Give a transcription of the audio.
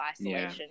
isolation